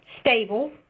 stable